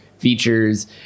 features